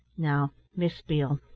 now, miss beale,